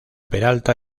peralta